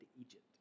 Egypt